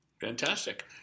Fantastic